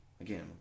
again